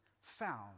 found